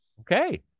Okay